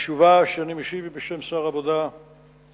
התשובה שאני משיב היא בשם שר העבודה והרווחה,